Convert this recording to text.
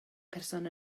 person